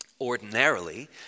Ordinarily